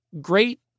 Great